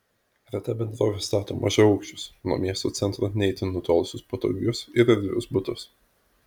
reta bendrovė stato mažaaukščius nuo miesto centro ne itin nutolusius patogius ir erdvius butus